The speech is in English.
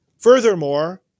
Furthermore